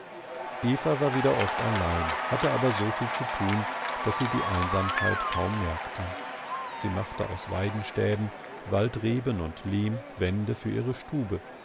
eva war wieder oft allein hatte aber so viel zu tun daß sie die einsamkeit kaum merkte sie machte aus weidenstäben waldreben und lehm wände für ihre stube